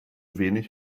wenig